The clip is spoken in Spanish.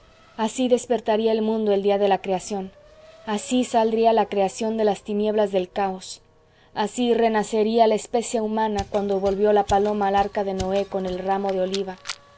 así despertaría el mundo el día de la creación así saldría la creación de las tinieblas del caos así renacería la especie humana cuando volvió la paloma al arca de noé con el ramo de oliva